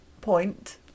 point